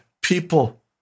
people